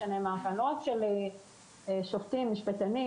לא רק של שופטים ומשפטנים,